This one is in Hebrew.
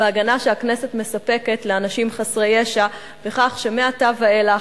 בהגנה שהכנסת מספקת לאנשים חסרי ישע בכך שמעתה ואילך,